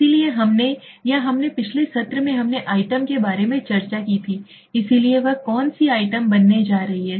इसलिए हमने या हमने पिछले सत्र में हमने आइटम के बारे में चर्चा की थी इसलिए वह कौन सी आइटम बनने जा रही है